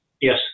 Yes